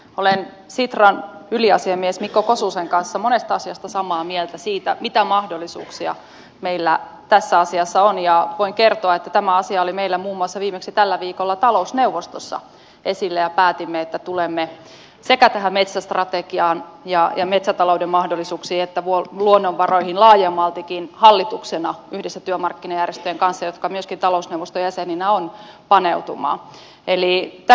olen sitran yliasiamies mikko kososen kanssa monesta asiasta samaa mieltä siinä mitä mahdollisuuksia meillä tässä asiassa on ja voin kertoa että tämä asia oli meillä muun muassa viimeksi tällä viikolla talousneuvostossa esillä ja päätimme että tulemme paneutumaan sekä tähän metsästrategiaan ja metsätalouden mahdol lisuuksiin että luonnonvaroihin laajemmaltikin hallituksena yhdessä työmarkkinajärjestöjen kanssa jotka myöskin talousneuvoston jäseninä ovat